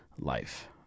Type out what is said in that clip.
life